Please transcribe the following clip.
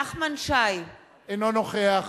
נחמן שי, אינו נוכח